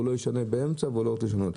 והוא לא ישנה באמצע והוא לא רוצה לשנות.